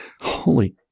holy